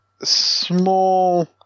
small